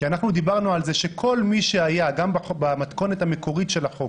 כי אנחנו דיברנו על זה שגם במתכונת המקורית של החוק,